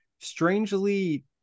strangely